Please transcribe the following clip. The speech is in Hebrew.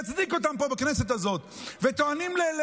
במה, ואתם טוענים על